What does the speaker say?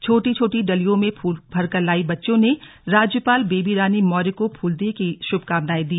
छोटी छोटी डलियों में फूल भरकर लायी बच्चियों ने राज्यपाल बेबी रानी मौर्य को फूलदेई की शुभकामनाएं दी